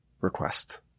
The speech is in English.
request